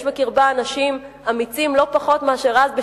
יש בקרבה אנשים אמיצים לא פחות מאשר היו אז,